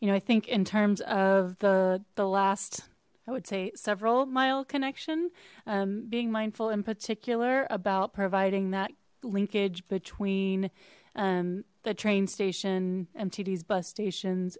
you know i think in terms of the the last i would say several mile connection being mindful in particular about providing that linkage between the train station mpd's bus stations